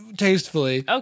tastefully